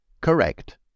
correct